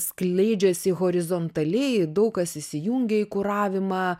skleidžiasi horizontaliai daug kas įsijungia į kuravimą